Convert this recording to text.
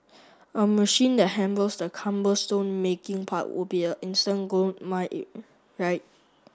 a machine that handles the cumbersome making part would be a instant goldmine it right